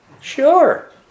Sure